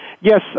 Yes